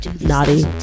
naughty